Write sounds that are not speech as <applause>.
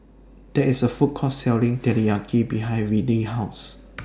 There IS A Food Court Selling Teriyaki behind Wiley's House <noise>